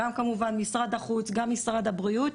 כמובן שגם משרד החוץ וגם משרד הבריאות